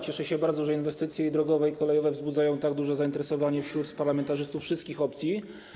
Cieszę się bardzo, że inwestycje i drogowe, i kolejowe wzbudzają tak duże zainteresowanie wśród parlamentarzystów wszystkich opcji.